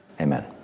Amen